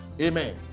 Amen